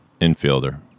Infielder